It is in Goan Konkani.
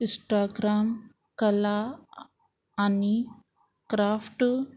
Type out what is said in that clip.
इस्टाग्राम कला आनी क्राफ्ट